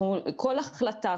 כל החלטה,